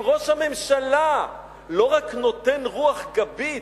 אם ראש הממשלה לא רק נותן רוח גבית,